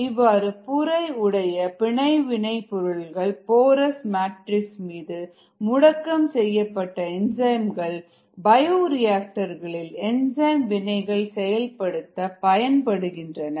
இவ்வாறு புரை உடைய பிணைவினைபொருள் மீது முடக்கம் செய்யப்பட்ட என்சைம்கள் பயோரியாக்டர்களில் என்சைம் வினைகள் செயல்படுத்த பயன்படுகின்றன